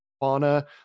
Fauna